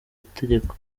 itegeko